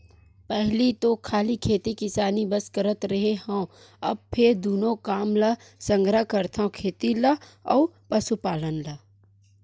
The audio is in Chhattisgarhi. पहिली तो खाली खेती किसानी बस करत रेहे हँव, अब फेर दूनो काम ल संघरा करथव खेती ल अउ पसुपालन ल